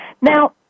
Now